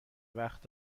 وقت